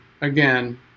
again